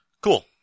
Cool